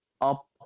up